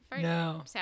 No